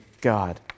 God